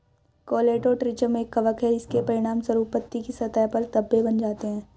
Colletotrichum एक कवक है, इसके परिणामस्वरूप पत्ती की सतह पर धब्बे बन जाते हैं